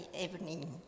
evening